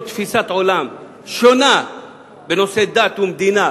תפיסת עולם שונה משלי בנושא דת ומדינה,